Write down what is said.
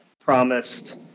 promised